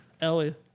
Ellie